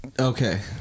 Okay